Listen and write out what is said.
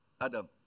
Adam